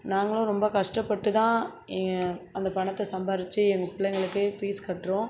நாங்களும் ரொம்ப கஷ்டப்பட்டு தான் அந்த பணத்தை சம்பாரித்து எங்கள் பிள்ளைங்களுக்கு ஃபீஸ் கட்டுறோம்